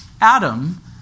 Adam